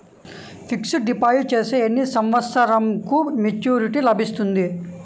Fixed deposit చేస్తే ఎన్ని సంవత్సరంకు మెచూరిటీ లభిస్తుంది?